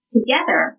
Together